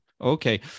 Okay